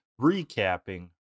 recapping